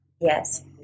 Yes